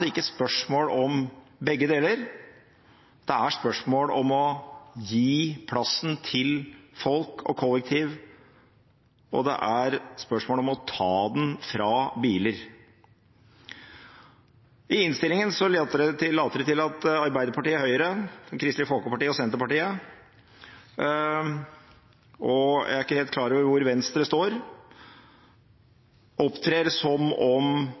er ikke spørsmål om begge deler, det er spørsmål om å gi plassen til folk og kollektivtrafikk, og det er spørsmål om å ta den fra biler. I innstillingen later det til at Arbeiderpartiet, Høyre, Kristelig Folkeparti og Senterpartiet – jeg er ikke helt klar over hvor Venstre står – opptrer som om